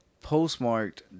postmarked